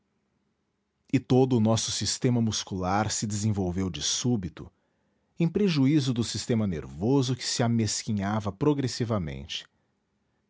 e todo o nosso sistema muscular se desenvolveu de súbito em prejuízo do sistema nervoso que se amesquinhava progressivamente